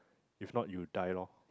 if not you die loh